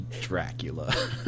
Dracula